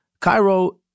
Cairo